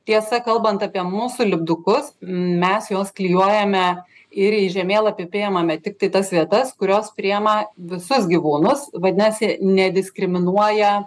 tiesa kalbant apie mūsų lipdukus mes juos klijuojame ir į žemėlapį priimame tiktai tas vietas kurios priima visus gyvūnus vadinasi nediskriminuoja